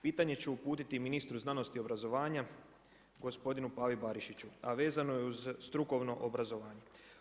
Pitanje ću uputiti ministru znanosti i obrazovanja, gospodinu Pavi Barišiću, a vezano je uz strukovno obrazovanje.